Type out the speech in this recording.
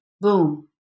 Boom